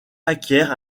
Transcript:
acquiert